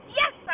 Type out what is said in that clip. yes